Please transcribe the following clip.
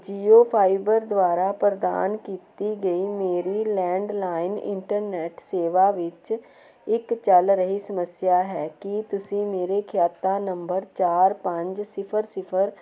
JIO fiber ਦੁਆਰਾ ਪ੍ਰਦਾਨ ਕੀਤੀ ਗਈ ਮੇਰੀ ਲੈਂਡਲਾਈਨ ਇੰਟਰਨੈਟ ਸੇਵਾ ਵਿੱਚ ਇੱਕ ਚੱਲ ਰਹੀ ਸਮੱਸਿਆ ਹੈ ਕੀ ਤੁਸੀਂ ਮੇਰੇ ਖਾਤਾ ਨੰਬਰ ਚਾਰ ਪੰਜ ਸਿਫਰ ਸਿਫਰ